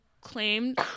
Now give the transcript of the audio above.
claimed